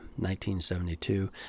1972